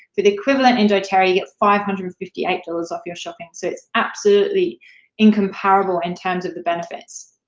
for the equivalent in doterra, you get five hundred and fifty eight dollars off your shopping, so it's absolutely incomparable in terms of the benefits.